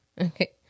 Okay